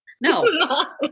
No